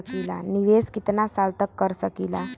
निवेश कितना साल तक कर सकीला?